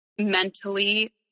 mentally